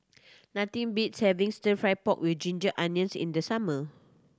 nothing beats having Stir Fry pork with ginger onions in the summer